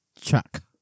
chuck